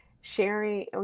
sharing